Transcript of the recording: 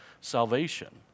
salvation